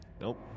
Nope